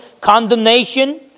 condemnation